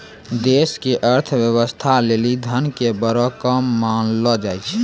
देश के अर्थव्यवस्था लेली धन के बड़ो काम मानलो जाय छै